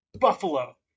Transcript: buffalo